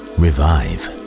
revive